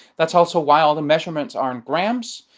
that's also why all the measurements are in grams,